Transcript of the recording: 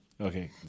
Okay